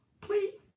please